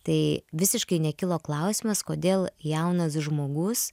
tai visiškai nekilo klausimas kodėl jaunas žmogus